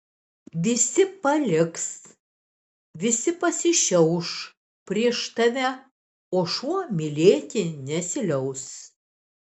visi paliks visi pasišiauš prieš tave o šuo mylėti nesiliaus